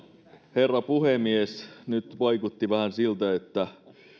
herra puhemies nyt vaikutti vähän siltä että